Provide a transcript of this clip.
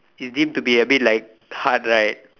it deemed to be a bit like hard right